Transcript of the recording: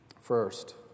First